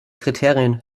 kriterien